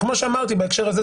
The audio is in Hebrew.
וכמו שאמרתי בהקשר הזה,